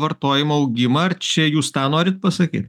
vartojimo augimą ar čia jūs tą norit pasakyt